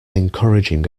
encouraging